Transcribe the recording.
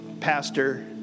Pastor